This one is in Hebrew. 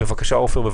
בבקשה, עופר.